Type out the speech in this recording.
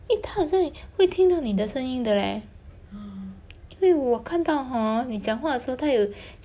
一套这会听到你的声音的嘞因为我看到哦你讲话的时候他有